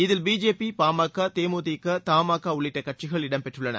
இதில் பிஜேபி பாமக தேமுதிக தமாகா உள்ளிட்ட கட்சிகள் இடம்பெற்றுள்ளன